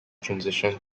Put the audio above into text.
transitioned